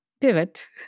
pivot